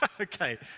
okay